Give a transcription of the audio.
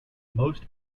most